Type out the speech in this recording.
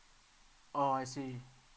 oh I see